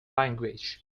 language